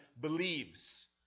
believes